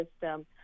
system